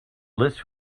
list